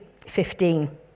15